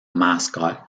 mascot